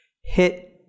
hit